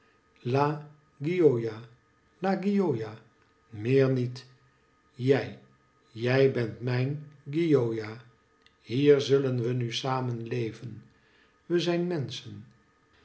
jij jij bent mijn gioja hier zullen we nu samen leven we zijn menschen